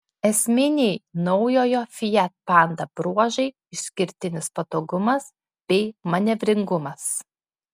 esminiai naujojo fiat panda bruožai išskirtinis patogumas bei manevringumas